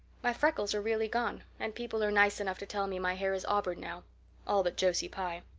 my freckles are really gone and people are nice enough to tell me my hair is auburn now all but josie pye.